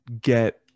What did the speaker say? get